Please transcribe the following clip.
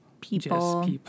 people